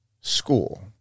school